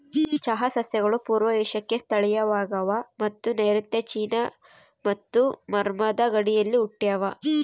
ಚಹಾ ಸಸ್ಯಗಳು ಪೂರ್ವ ಏಷ್ಯಾಕ್ಕೆ ಸ್ಥಳೀಯವಾಗವ ಮತ್ತು ನೈಋತ್ಯ ಚೀನಾ ಮತ್ತು ಬರ್ಮಾದ ಗಡಿಯಲ್ಲಿ ಹುಟ್ಟ್ಯಾವ